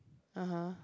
(uh huh)